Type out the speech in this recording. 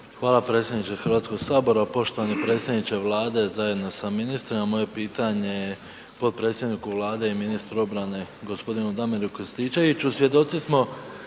Hvala predsjedniče Hrvatskog sabora. Poštovani predsjedniče Vlade, zajedno sa ministrima. Moje pitanje je potpredsjedniku Vlade i ministru obrane gospodinu Damiru Krstičeviću.